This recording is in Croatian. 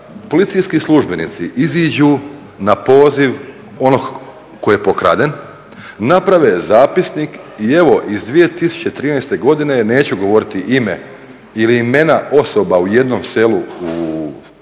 policijski službenici iziđu na poziv onog koji je pokraden, naprave zapisnik. I evo iz 2013. godine, neću govoriti ime ili imena osoba u jednom selu u